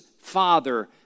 father